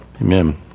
Amen